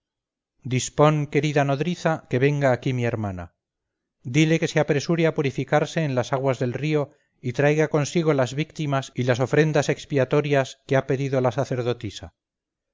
dispón querida nodriza que venga aquí mi hermana dile que se apresure a purificarse en las aguas del río y traiga consigo las víctimas y las ofrendas expiatorias que ha pedido la sacerdotisa